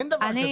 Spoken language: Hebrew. אין דבר כזה.